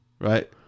right